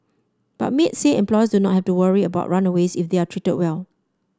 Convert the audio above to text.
but maids say employers do not have to worry about runaways if they are treated well